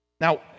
Now